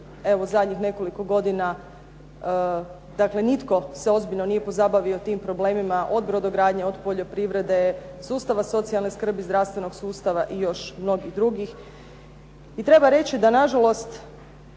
koje zadnjih nekoliko godina dakle nitko se ozbiljno nije pozabavio tim problemima od brodogradnje, poljoprivrede, sustava socijalne skrbi, zdravstvenog sustava i još mnogih drugih. I treba reći da nažalost